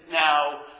now